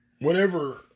Whenever